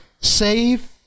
save